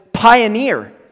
pioneer